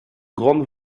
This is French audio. grande